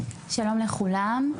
שלום לכולם.